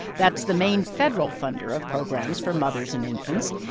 that's the main federal funder of programs for mothers and infants.